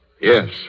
Yes